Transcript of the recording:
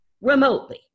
remotely